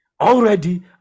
Already